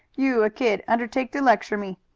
you, a kid, undertake to lecture me.